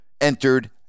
entered